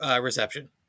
reception